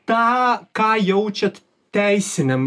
tą ką jaučiat teisiniam